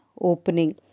opening